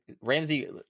Ramsey